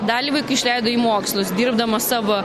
dalį vaikų išleido į mokslus dirbdamas savo